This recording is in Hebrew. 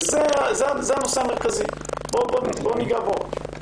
זה הנושא המרכזי, בואו ניגע בו.